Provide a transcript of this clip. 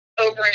over